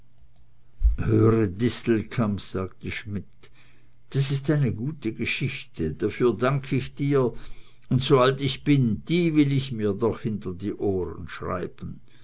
höre distelkamp sagte schmidt das ist eine gute geschichte dafür dank ich dir und so alt ich bin die will ich mir doch hinter die ohren schreiben